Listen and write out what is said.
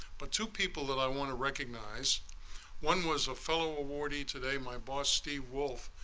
but two people that i want to recognize one, was a fellow awardee today, my boss, steve wolf,